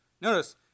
Notice